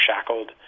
shackled